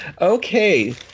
Okay